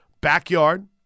backyard